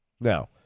Now